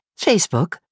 Facebook